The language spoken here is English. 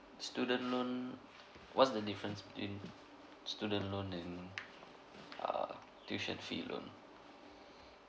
student loan what's the difference between student loan and err tuition fee loan